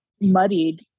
muddied